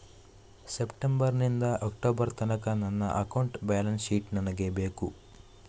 September ನಿಂದ October ತನಕ ನನ್ನ ಅಕೌಂಟ್ ಬ್ಯಾಲೆನ್ಸ್ ಶೀಟ್ ನನಗೆ ಬೇಕು